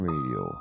Radio